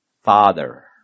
father